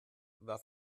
war